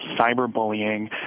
cyberbullying